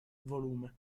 vol